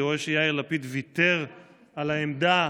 אני רואה שיאיר לפיד ויתר על העמדה